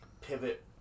pivot